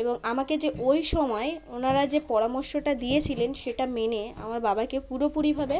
এবং আমাকে যে ওই সময়ে উনারা যে পরামর্শটা দিয়েছিলেন সেটা মেনে আমার বাবাকে পুরোপুরিভাবে